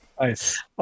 nice